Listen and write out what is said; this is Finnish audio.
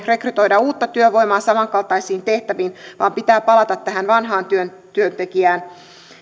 rekrytoida uutta työvoimaa samankaltaisiin tehtäviin vaan pitää palata tähän vanhaan työntekijään